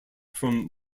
from